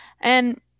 And-